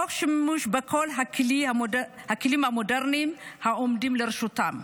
תוך שימוש בכל הכלים המודרניים העומדים לרשותם,